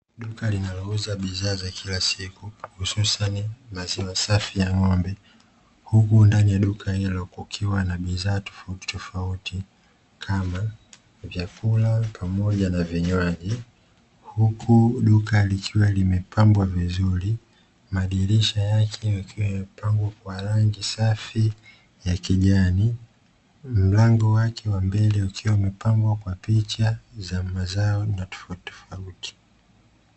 Duka linalouza bidhaa za kila siku hususani maziwa safi ya ng'ombe, huku ndani ya duka hilo kukiwa na bidhaa tofauti tofauti kama vyakula pamoja na vinywaji, huku duka likiwa limepambwa vizuri madirisha yake yakiwa yamepambwa kwa rangi safi ya kijani mlango wake wa mbele ukiwa umepambwa kwa picha za mazao na tofauti.